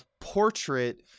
portrait